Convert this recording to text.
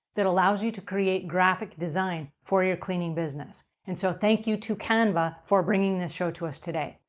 that allows you to create graphic design for your cleaning business. and so, thank you to canva for bringing this show to us today.